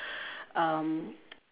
um